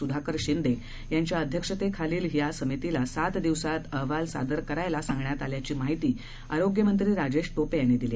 सुधाकर शिंदे यांच्या अध्यक्षतेखालील ही समितीला सात दिवसात अहवाल सादर करण्यास सांगण्यात आल्याची माहिती आरोग्यमंत्री राजेश टोपे यांनी दिली